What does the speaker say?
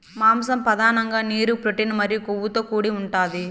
మాంసం పధానంగా నీరు, ప్రోటీన్ మరియు కొవ్వుతో కూడి ఉంటాది